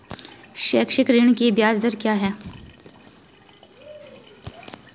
शैक्षिक ऋण की ब्याज दर क्या है?